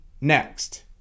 next